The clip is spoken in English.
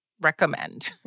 recommend